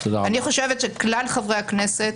אני חושבת שכלל חברי הכנסת,